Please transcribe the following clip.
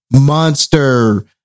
Monster